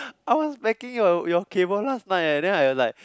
I was packing your your cable last night eh then I like